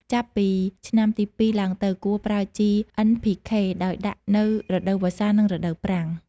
ចាប់ពីឆ្នាំទី ២ ឡើងទៅ គួរប្រើជី NPK ដោយដាក់នៅរដូវវស្សា និងរដូវប្រាំង។